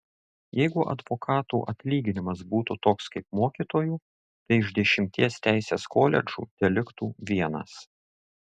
jeigu advokatų atlyginimas būtų toks kaip mokytojų tai iš dešimties teisės koledžų teliktų vienas